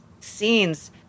scenes